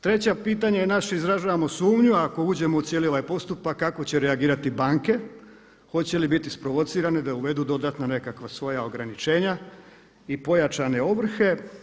Treće pitanje naše je izražavamo sumnju ako uđemo u cijeli ovaj postupak kako će reagirati banke, hoće li biti isprovocirane da uvedu dodatna nekakva svoja ograničenja i pojačane ovrhe.